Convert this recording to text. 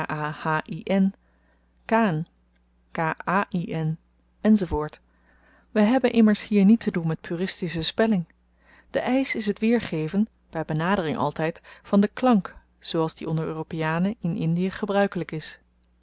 kain enz we hebben immers hier niet te doen met puristische spelling de eisch is t weergeven by benadering altyd van den klank zooals die onder europeanen in indie gebruikelyk is